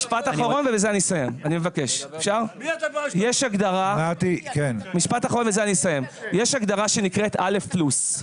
יש הגדרה בצבא שנקראת א' פלוס.